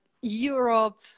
Europe